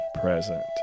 present